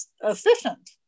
efficient